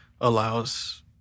allows